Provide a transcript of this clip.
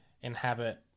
inhabit